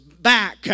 back